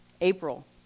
April